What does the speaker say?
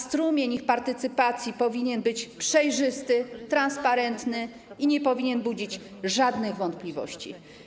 Strumień ich partycypacji powinien być przejrzysty, transparentny i nie powinien budzić żadnych wątpliwości.